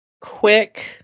quick